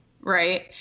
Right